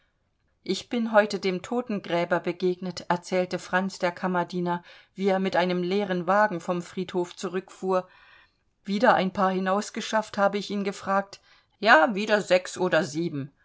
ich bin heute dem totengräber begegnet erzählte franz der kammerdiener wie er mit einem leeren wagen vom friedhof zurückfuhr wieder ein paar hinausgeschafft habe ich ihn gefragt ja wieder sechs oder sieben